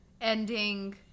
ending